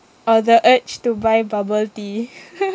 or the urge to buy bubble tea